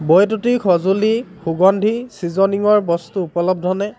বৈদ্যুতিক সঁজুলি সুগন্ধি ছিজনিঙৰ বস্তু উপলব্ধনে